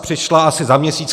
Přišla asi za měsíc.